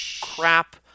crap